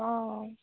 অঁ